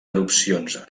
erupcions